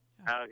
Okay